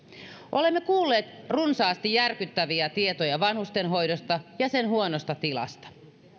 olemme kuulleet runsaasti järkyttäviä tietoja vanhustenhoidosta ja sen huonosta tilasta